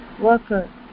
worker